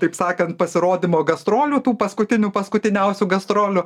taip sakan pasirodymo gastrolių tų paskutinių paskutiniausių gastrolių